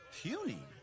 puny